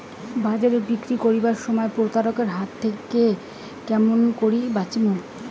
বাজারে বিক্রি করিবার সময় প্রতারক এর হাত থাকি কেমন করি বাঁচিমু?